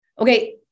Okay